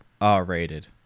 R-rated